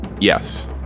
Yes